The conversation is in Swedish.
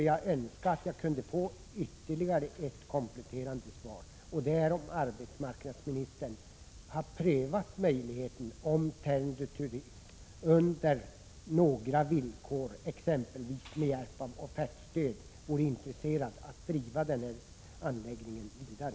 Jag önskar få ett kompletterande svar, nämligen på frågan om arbetsmarknadsministern har undersökt om Tärendö Turism under några villkor, exempelvis med hjälp av offertstöd, är intresserad av att driva anläggningen vidare.